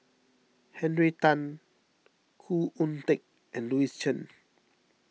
Henry Tan Khoo Oon Teik and Louis Chen